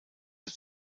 für